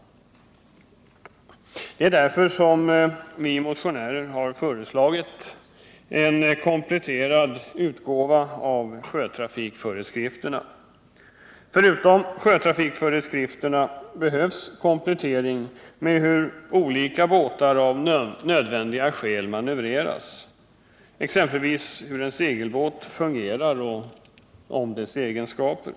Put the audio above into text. Det är därför som vi motionärer har föreslagit en kompletterad utgåva av skriften Sjötrafikföreskrifter. Förutom sjötrafikföreskrifterna behövs en komplettering med hur olika båtar av nödvändiga skäl manövreras, exempelvis hur en segelbåt fungerar och dess egenskaper.